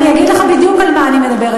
אני אגיד לך בדיוק על מה אני מדברת.